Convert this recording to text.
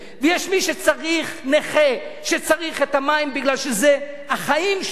יש נכה שצריך את המים כי זה החיים שלו,